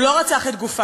הוא לא רצח את גופה,